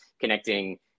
connecting